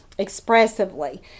expressively